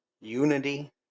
unity